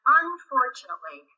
unfortunately